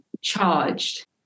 charged